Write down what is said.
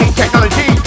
technology